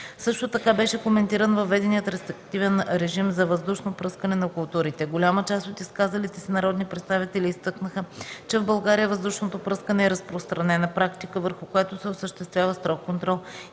Също така беше коментиран въведеният рестриктивен режим за въздушно пръскане на културите. Голяма част от изказалите се народни представители изтъкнаха, че в България въздушното пръскане е разпространена практика, върху която се осъществява строг контрол